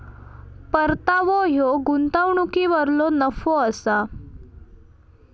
परतावो ह्यो गुंतवणुकीवरलो नफो असा